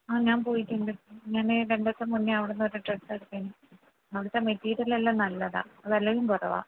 ആ ഞാന് പോയിട്ടുണ്ട് ഞാൻ രണ്ട് ദിവസം മുന്നേ അവിടെ നിന്നൊരു ഡ്രസ്സ് എടുത്തിന് അവിടുത്തെ മെറ്റീരിയലെല്ലാം നല്ലതാണ് വിലയും കുറവാണ്